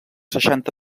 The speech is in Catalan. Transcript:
seixanta